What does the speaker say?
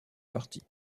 partie